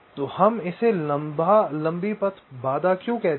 तो हम इसे लंबी पथ बाधा क्यों कहते हैं